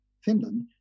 Finland